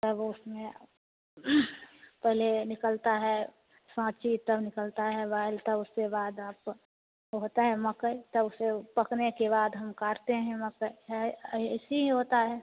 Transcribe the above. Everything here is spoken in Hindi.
तब उसमें पहले निकलता है साँची तब निकलता है बैल तब उसके बाद आपका वो होता है मकई तब उसे पकने के बाद हम काटते हैं मकई है ऐसे ही होता है